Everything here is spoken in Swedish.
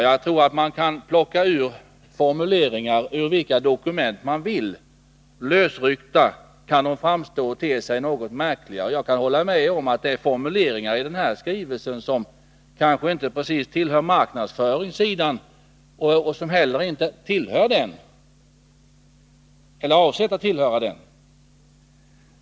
Jag tror att man kan plocka fram formuleringar ur vilka dokument man vill och lösryckta få dem att te sig något märkliga. Jag kan hålla med om att det är formuleringar i den här skrivelsen som kanske inte precis tillhör marknadsföringssidan och som inte heller avser att tillhöra den.